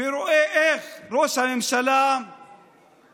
ורואה איך ראש הממשלה הצליח